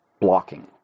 blocking